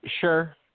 Sure